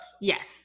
Yes